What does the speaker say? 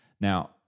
now